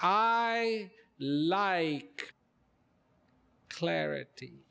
i lie clarity